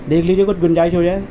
دیکھ لیجیے اگر گنجائش ہو جائے